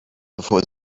bevor